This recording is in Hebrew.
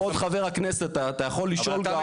כבוד חבר הכנסת, אתה יכול לשאול.